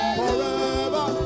forever